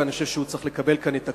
ואני חושב שהוא צריך לקבל את הקרדיט.